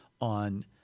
on